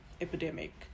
epidemic